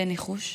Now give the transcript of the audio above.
תן ניחוש.